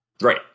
Right